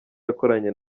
yakoranye